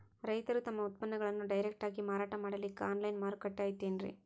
ರೈತರು ತಮ್ಮ ಉತ್ಪನ್ನಗಳನ್ನು ಡೈರೆಕ್ಟ್ ಆಗಿ ಮಾರಾಟ ಮಾಡಲಿಕ್ಕ ಆನ್ಲೈನ್ ಮಾರುಕಟ್ಟೆ ಐತೇನ್ರೀ?